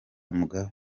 mugabe